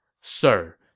Sir